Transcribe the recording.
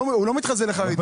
הוא אומר: